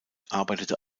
arbeitete